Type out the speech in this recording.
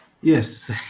Yes